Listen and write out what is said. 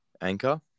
Anchor